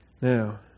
Now